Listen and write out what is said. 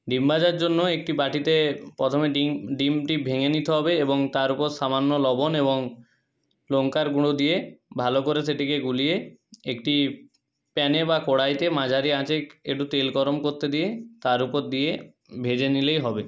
ডিম ভাজার জন্য একটি বাটিতে প্রথমে ডিম ডিমটি ভেঙে নিতে হবে এবং তার ওপর সামান্য লবণ এবং লঙ্কার গুঁড়ো দিয়ে ভালো করে সেটিকে গুলিয়ে একটি প্যানে বা কড়াইতে মাঝারি আঁচে একটু তেল গরম করতে দিয়ে তার উপর দিয়ে ভেজে নিলেই হবে